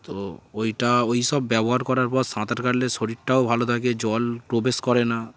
তো ওইটা ওই সব ব্যবহার করার পর সাঁতার কাটলে শরীরটাও ভালো থাকে জল প্রবেশ করে না